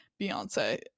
beyonce